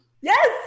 Yes